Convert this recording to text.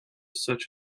such